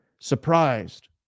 surprised